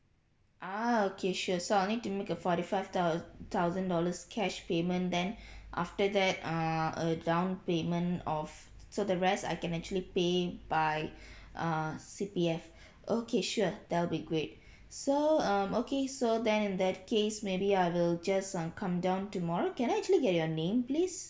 ah okay sure so I need to make a forty five thou~ thousand dollars cash payment then after that err a down payment of so the rest I can actually pay by err C_P_F okay sure that will be great so um okay so then in that case maybe I will just um come down tomorrow can I actually get your name please